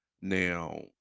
now